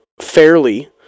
fairly